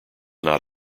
not